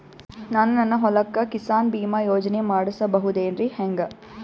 ನಾನು ನನ್ನ ಹೊಲಕ್ಕ ಕಿಸಾನ್ ಬೀಮಾ ಯೋಜನೆ ಮಾಡಸ ಬಹುದೇನರಿ ಹೆಂಗ?